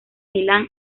milán